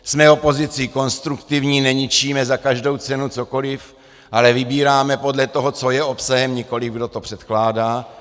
Jsme opozicí konstruktivní, neničíme za každou cenu cokoliv, ale vybíráme podle toho, co je obsahem, nikoliv, kdo to předkládá.